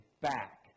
back